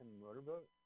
motorboat